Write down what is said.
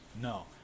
No